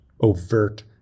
overt